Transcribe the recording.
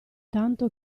tanto